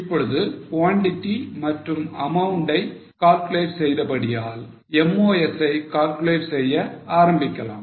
இப்பொழுது quantity மற்றும் amount ஐ calculate செய்தபடியால் MOS ஐ calculate செய்ய ஆரம்பிக்கலாம்